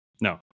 No